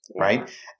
Right